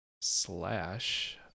slash